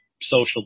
social